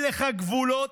אין לך גבולות?